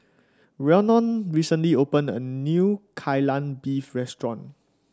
Rhiannon recently opened a new Kai Lan Beef restaurant